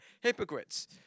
Hypocrites